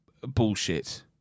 bullshit